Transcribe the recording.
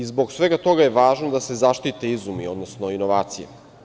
Zbog svega toga je važno da se zaštite izumi, odnosno inovacije.